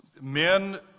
Men